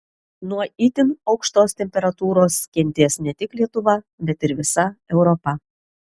nuo itin aukštos temperatūros kentės ne tik lietuva bet ir visa europa